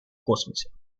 космосе